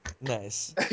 Nice